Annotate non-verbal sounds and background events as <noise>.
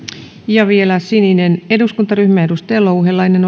ja vielä sininen eduskuntaryhmä edustaja louhelainen <unintelligible>